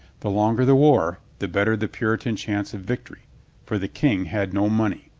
the longer the war, the better the puritan chance of victory for the king had no money.